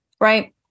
right